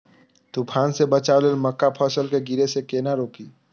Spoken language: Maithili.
तुफान से बचाव लेल मक्का फसल के गिरे से केना रोकी?